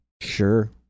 Sure